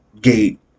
gate